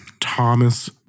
thomas